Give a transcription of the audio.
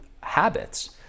habits